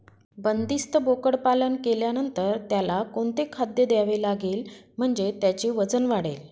बंदिस्त बोकडपालन केल्यानंतर त्याला कोणते खाद्य द्यावे लागेल म्हणजे त्याचे वजन वाढेल?